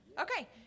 Okay